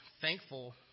thankful